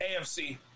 afc